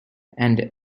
and